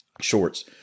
shorts